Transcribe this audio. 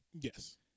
Yes